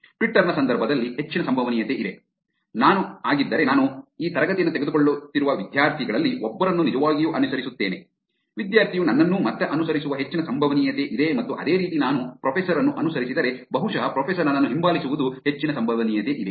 Twitter ನ ಸಂದರ್ಭದಲ್ಲಿ ಹೆಚ್ಚಿನ ಸಂಭವನೀಯತೆ ಇದೆ ನಾನು ಆಗಿದ್ದರೆ ನಾನು ಈ ತರಗತಿಯನ್ನು ತೆಗೆದುಕೊಳ್ಳುತ್ತಿರುವ ವಿದ್ಯಾರ್ಥಿಗಳಲ್ಲಿ ಒಬ್ಬರನ್ನು ನಿಜವಾಗಿಯೂ ಅನುಸರಿಸುತ್ತೇನೆ ವಿದ್ಯಾರ್ಥಿಯು ನನ್ನನ್ನು ಮತ್ತೆ ಅನುಸರಿಸುವ ಹೆಚ್ಚಿನ ಸಂಭವನೀಯತೆಯಿದೆ ಮತ್ತು ಅದೇ ರೀತಿ ನಾನು ಪ್ರೊಫೆಸರ್ ಅನ್ನು ಅನುಸರಿಸಿದರೆ ಬಹುಶಃ ಪ್ರೊಫೆಸರ್ ನನ್ನನ್ನು ಹಿಂಬಾಲಿಸುವುದು ಹೆಚ್ಚಿನ ಸಂಭವನೀಯತೆಯಿದೆ